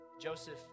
Joseph